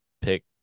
pick